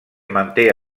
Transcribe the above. manté